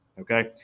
Okay